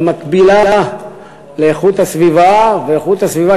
במקבילה לאיכות הסביבה ואיכות הסביבה